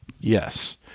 Yes